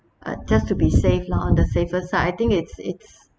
uh just to be safe lah on the safer side I think it's it's